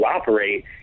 operate